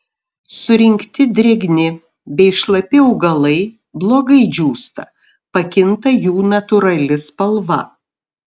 surinkti drėgni bei šlapi augalai blogai džiūsta pakinta jų natūrali spalva